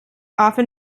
often